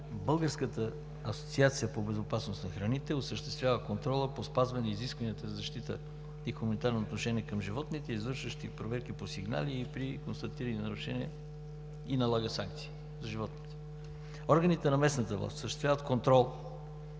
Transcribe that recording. Българската асоциация по безопасност на храните осъществява контрола по спазване изискванията за защита и хуманитарно отношение към животните, извършва проверки по сигнали при констатирани нарушения и налага санкции – за животните. Органите на местната власт осъществяват контрол